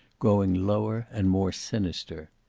growing lower and more sinister.